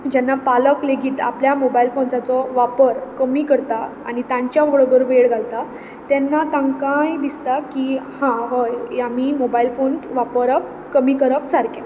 जेन्ना पालक लेगीत आपल्या मोबायल फोन्साचो वापर कमी करता आनी तांच्या वळबर वेळ घालता तेन्ना तांकांय दिसता की हा हय यामी मोबायल फोन वापरप कमी करप सारकें